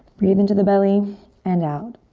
breathe in to the belly and out.